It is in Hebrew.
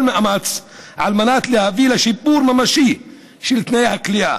מאמץ על מנת להביא לשיפור ממשי של תנאי הכליאה.